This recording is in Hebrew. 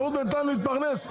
שהוא יתפרנס בינתיים,